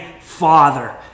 father